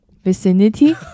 Vicinity